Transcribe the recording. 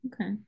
Okay